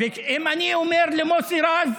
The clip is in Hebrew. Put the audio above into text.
אם אני אומר למוסי רז,